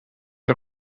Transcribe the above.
een